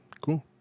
Cool